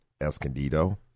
Escondido